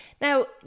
Now